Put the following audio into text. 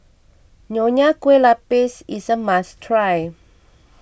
Nonya Kueh Lapis is a must try